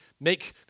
make